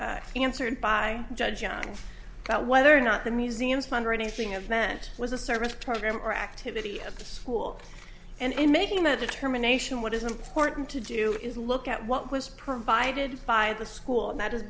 answered by judge young about whether or not the museum's fundraising event was a service program or activity of the school and in making that determination what is important to do is look at what was provided by the school and that